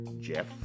Jeff